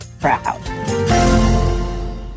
proud